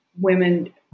women